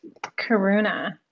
Karuna